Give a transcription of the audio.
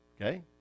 Okay